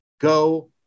go